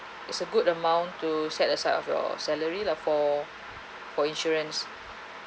it's a good amount to set aside of your salary lah for for insurance